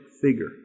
figure